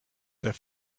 their